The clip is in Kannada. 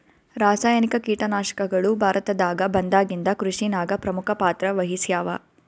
ರಾಸಾಯನಿಕ ಕೀಟನಾಶಕಗಳು ಭಾರತದಾಗ ಬಂದಾಗಿಂದ ಕೃಷಿನಾಗ ಪ್ರಮುಖ ಪಾತ್ರ ವಹಿಸ್ಯಾವ